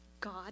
God